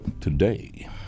today